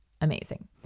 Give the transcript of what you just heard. amazing